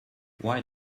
why